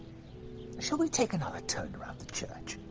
shall we take another turn around the church?